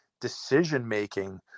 decision-making